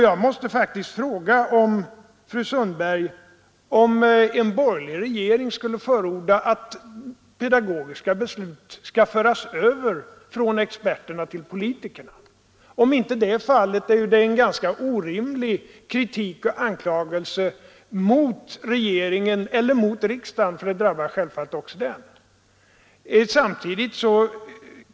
Jag måste faktiskt fråga fru Sundberg om en borgerlig regering skulle förorda att pedagogiska beslut fördes över från experterna till politikerna. Om så inte är fallet, är det en ganska orimlig anklagelse mot regeringen och riksdagen, för kritiken drabbar självfallet också riksdagen.